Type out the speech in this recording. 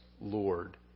Lord